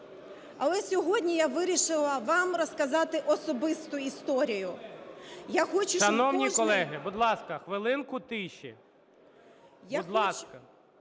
Але сьогодні я вирішила вам розказати особисту історію.